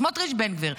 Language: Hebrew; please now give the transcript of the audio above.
סמוטריץ' בן גביר,